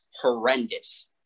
horrendous